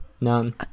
None